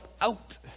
out